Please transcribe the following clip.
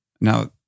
now